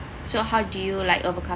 so how do you like overcome